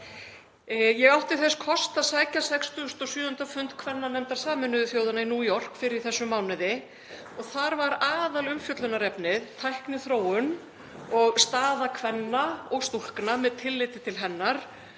Ég átti þess kost að sækja 67. fund kvennanefndar Sameinuðu þjóðanna í New York fyrr í þessum mánuði. Þar var aðalumfjöllunarefnið tækniþróun og staða kvenna og stúlkna með tilliti til hennar